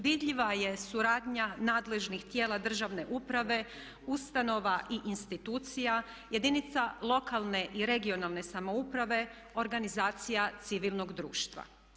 Vidljiva je suradnja nadležnih tijela državne uprave, ustanova i institucija, jedinica lokalne i regionalne samouprave, organizacija civilnog društva.